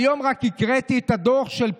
היום רק קראתי את הדוח של פנימה,